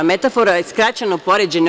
Metafora je skraćeno poređenje.